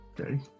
Okay